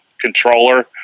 controller